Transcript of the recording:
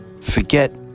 forget